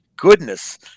goodness